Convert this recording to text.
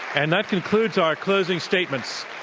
and that concludes our closing statements.